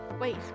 Wait